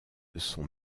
sont